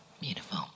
Beautiful